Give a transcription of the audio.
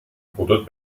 putut